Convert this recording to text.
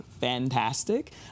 fantastic